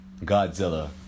Godzilla